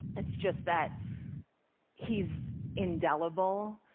it's just that he's indelible,